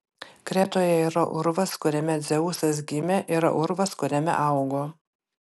kretoje yra urvas kuriame dzeusas gimė yra urvas kuriame augo